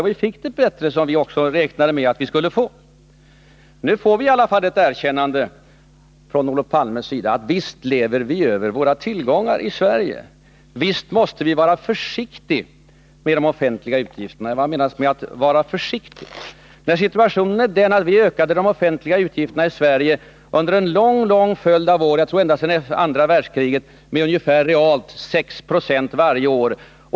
Och vi fick det bättre, vilket vi också räknade med att vi skulle få. Nu får vi i alla fall ett erkännande av Olof Palme, när han säger att visst lever vi över våra tillgångar i Sverige, visst måste vi vara försiktiga med de offentliga utgifterna. Men vad menas med att vara försiktig? Situationen är ju den att vi ökade de offentliga utgifterna i Sverige under en lång följd av år — jag tror ända sedan andra världskriget — med ungefär realt 6 96 varje år.